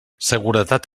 seguretat